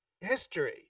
history